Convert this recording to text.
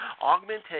augmentation